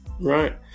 right